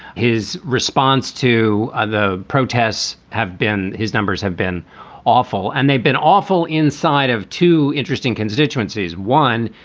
his response to the protests have been his numbers have been awful and they've been awful inside of two interesting constituencies. one,